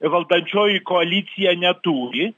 valdančioji koalicija neturi